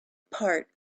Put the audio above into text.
part